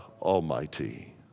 Almighty